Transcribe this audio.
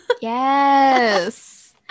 Yes